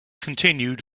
continued